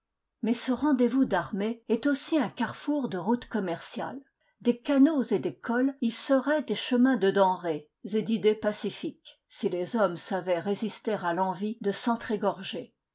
mais ce rendez-vous d'armées est aussi un carrefour de routes commerciales des canaux et des cols y seraient des chemins de denrées et d'idées pacifiques si les hommes savaient résister à l'envie de